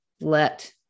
let